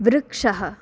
वृक्षः